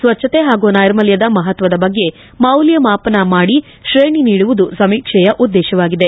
ಸ್ವಚ್ಛತೆ ಹಾಗೂ ನೈರ್ಮಲ್ಯದ ಮಹತ್ವದ ಬಗ್ಗೆ ಮೌಲ್ಯಮಾಪನ ಮಾಡಿ ಶ್ರೇಣಿ ನೀಡುವುದು ಸಮೀಕ್ಷೆಯ ಉದ್ದೇಶವಾಗಿದೆ